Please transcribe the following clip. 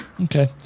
okay